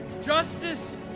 justice